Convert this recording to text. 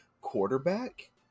quarterback